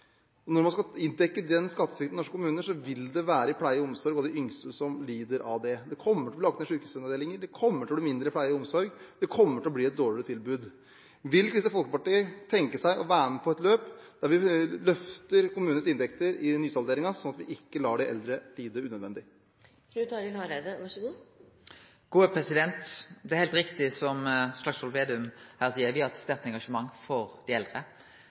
Når man skal inndekke den skattesvikten i norske kommuner, vil det være pleie og omsorg og de yngste som lider av det. Det kommer til å bli lagt ned sykehusavdelinger, det kommer til å bli mindre pleie og omsorg, det kommer til å bli et dårligere tilbud. Vil Kristelig Folkeparti kunne tenke seg å være med på et løp der vi løfter kommunenes inntekter i nysalderingen, slik at vi ikke lar de eldre lide unødvendig? Det er heilt riktig som Slagsvold Vedum her seier, at me har eit sterkt engasjement for dei eldre.